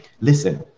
listen